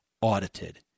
audited